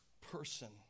person